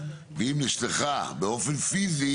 ואם נשלחה באופן פיזי